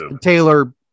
Taylor